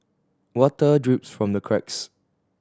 water drips from the cracks